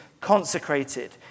consecrated